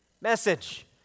message